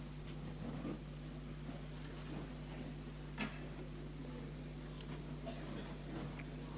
Jag står för det.